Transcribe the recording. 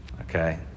Okay